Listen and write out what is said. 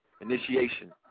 Initiation